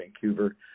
Vancouver